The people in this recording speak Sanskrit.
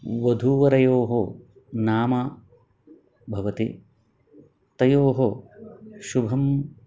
वधूवरयोः नाम भवति तयोः शुभम्